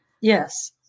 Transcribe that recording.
Yes